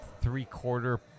three-quarter